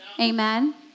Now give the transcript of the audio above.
Amen